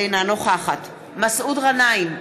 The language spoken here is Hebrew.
אינה נוכחת מסעוד גנאים,